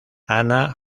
hanna